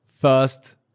First